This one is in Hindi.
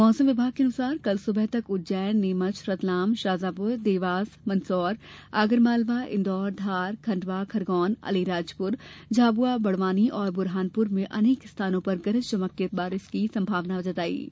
मौसम विभाग के अनुसार कल सुबह तक उज्जैन नीमच रतलाम शाजापुर देवास मंदसौर आगरमालवा इंदौर धार खंडवा खरगौन अलीराजपुर झाबुआ बड़वानी और बुरहानपुर में अनेक स्थानों पर गरज चमक के साथ बारिश की संभावना जताई है